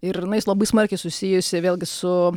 ir jinai labai smarkiai susijusi vėlgi su